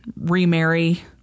remarry